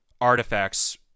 artifacts